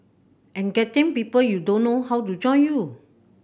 and getting people you don't know how to join you